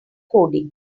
coding